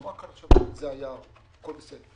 נורא קל עכשיו להגיד: זה היער, הכול בסדר.